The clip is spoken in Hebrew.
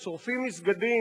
שורפים מסגדים,